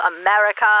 America